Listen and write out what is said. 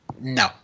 No